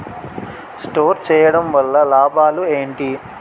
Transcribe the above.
Store చేయడం వల్ల లాభాలు ఏంటి?